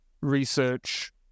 research